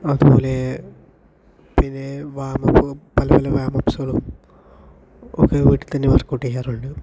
അതുപോലെ പിന്നെ വാമപ്പ് പല പല വാർമപ്സുകളും ഒക്കെ വീട്ടിൽ തന്നെ വർക്ക് ഔട്ട് ചെയ്യാറുണ്ട്